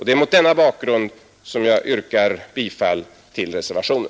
Det är mot denna bakgrund som jag yrkar bifall till reservationen.